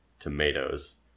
tomatoes